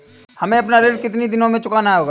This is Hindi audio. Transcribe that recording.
हमें अपना ऋण कितनी दिनों में चुकाना होगा?